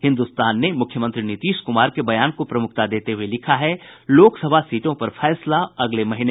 हिन्दुस्तान ने मुख्यमंत्री नीतीश कुमार के बयान को प्रमुखता देते हुए लिखा है लोकसभा सीटों पर फैसला अगले महीने